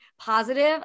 positive